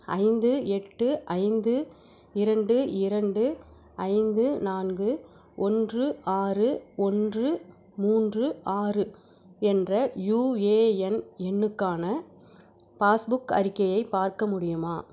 ஐந்து எட்டு ஐந்து இரண்டு இரண்டு ஐந்து நான்கு ஒன்று ஆறு ஒன்று மூன்று ஆறு என்ற யூஏஎன் எண்ணுக்கான பாஸ்புக் அறிக்கையை பார்க்க முடியுமா